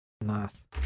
Nice